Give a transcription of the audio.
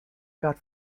got